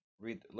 read